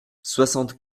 soixante